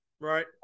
Right